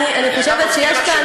אני חושבת שיש כאן,